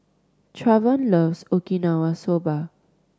Travon loves Okinawa Soba